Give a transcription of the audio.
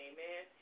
Amen